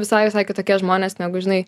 visai visai kitokie žmonės negu žinai